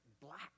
black